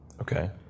Okay